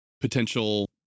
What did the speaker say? potential